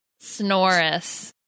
Snorris